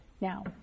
Now